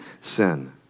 sin